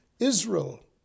Israel